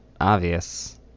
obvious